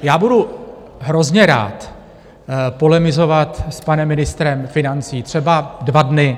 Já budu hrozně rád polemizovat s panem ministrem financí třeba dva dny.